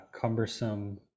cumbersome